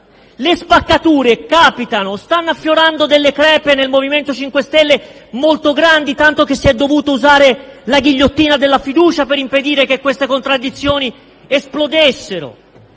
le spaccature capitano; stanno affiorando crepe del MoVimento 5 Stelle molto grandi, tanto che si è dovuta usare la ghigliottina della fiducia per impedire che tali contraddizioni esplodessero.